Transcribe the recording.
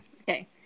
Okay